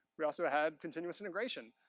we also had continuous integration.